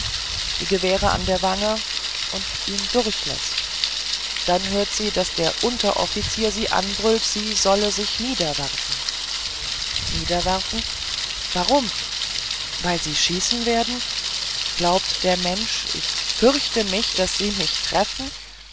die gewehre an der wange und ihn durchläßt dann hört sie daß der unteroffizier sie anbrüllt sie solle sich niederwerfen niederwerfen warum weil sie schießen werden glaubt der mensch ich fürchte mich daß sie mich treffen